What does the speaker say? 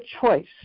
choice